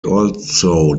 also